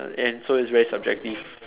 and so it's very subjective